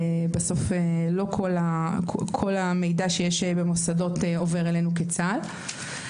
לא כל המידע שיש במוסדות עובר אלינו לצה"ל.